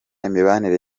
imibanire